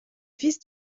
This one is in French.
fils